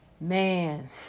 Man